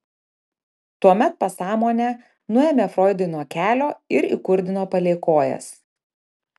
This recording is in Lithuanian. tuomet pasąmonę nuėmė froidui nuo kelio ir įkurdino palei kojas